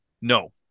No